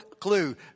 clue